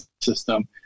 system